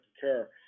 care